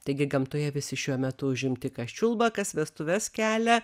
taigi gamtoje visi šiuo metu užimti kas čiulba kas vestuves kelia